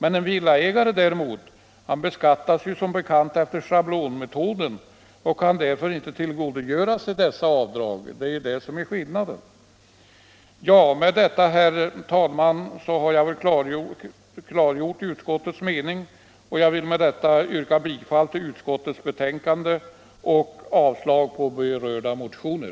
En villaägare däremot beskattas som bekant efter schablonmetoden och kan följaktligen inte tillgodogöra sig dessa avdrag. Det är det som är skillnaden. Med detta, herr talman, har jag klargjort utskottets mening, och jag yrkar bifall till utskottets hemställan samt avslag på berörda motioner.